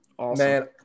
Man